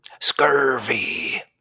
Scurvy